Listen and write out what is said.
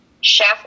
Chef